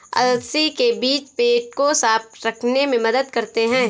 अलसी के बीज पेट को साफ़ रखने में मदद करते है